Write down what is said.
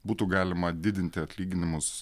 būtų galima didinti atlyginimus